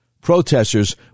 protesters